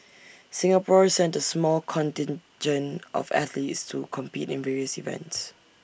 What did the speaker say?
Singapore sent A small contingent of athletes to compete in various events